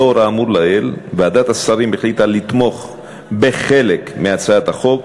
לאור האמור לעיל החליטה ועדת השרים לתמוך בחלק מהצעת החוק,